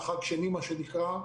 חג שני מה שנקרא,